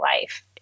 life